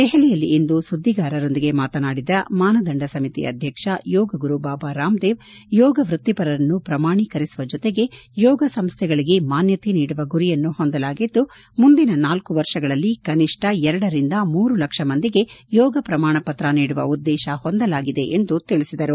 ದೆಹಲಿಯಲ್ಲಿಂದು ಸುದ್ದಿಗಾರರೊಂದಿಗೆ ಮಾತನಾಡಿದ ಮಾನದಂಡ ಸಮಿತಿ ಅಧ್ಯಕ್ಷ ಯೋಗ ಗುರು ಬಾಬಾ ರಾಮದೇವ್ ಯೋಗ ವೃತ್ತಿಪರರನ್ನು ಪ್ರಮಾಣಿಕರಿಸುವ ಜೊತೆಗೆ ಯೋಗ ಸಂಸ್ಟೆಗಳಿಗೆ ಮಾನ್ಗತೆ ನೀಡುವ ಗುರಿಯನ್ನು ಹೊಂದಿದ್ದು ಮುಂದಿನ ನಾಲ್ಕು ವರ್ಷಗಳಲ್ಲಿ ಕನಿಷ್ಠ ಎರಡರಿಂದ ಮೂರು ಲಕ್ಷ ಮಂದಿಗೆ ಯೋಗ ಪ್ರಮಾಣ ಪತ್ರ ನೀಡುವ ಉದ್ದೇಶ ಹೊಂದಲಾಗಿದೆ ಎಂದು ತಿಳಿಸಿದರು